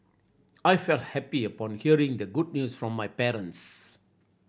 I felt happy upon hearing the good news from my parents